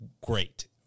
great